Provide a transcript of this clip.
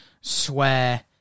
swear